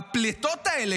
הפליטות האלה,